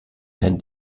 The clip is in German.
kein